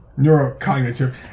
Neurocognitive